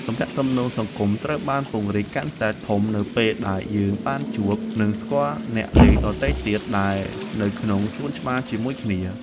ទំនាក់ទំនងសង្គមត្រូវបានពង្រីកកាន់តែធំនៅពេលដែលយើងបានជួប និងស្គាល់អ្នកលេងដទៃទៀតដែលនៅក្នុងសួនច្បារជាមួយគ្នា។